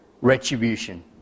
retribution